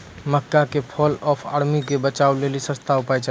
मक्का के fall of army से बचाबै लेली सस्ता उपाय चाहिए?